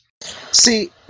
See